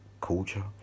culture